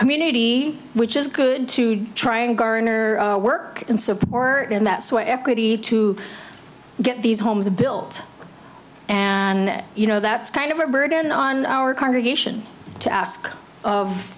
community which is good to try and garner work and support and that's why equity to get these homes built and you know that's kind of a burden on our congregation to ask of